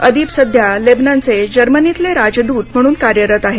अदीब सध्या लेबाननचे जर्मनीतले राजदूत म्हणून कार्यरत आहेत